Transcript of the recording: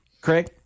Craig